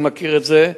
אני מכיר את זה.